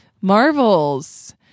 Marvels